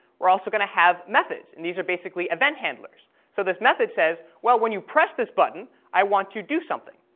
we're also going to have methods, and these are basically event handlers. so this method says when you press this button i want to do something,